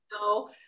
no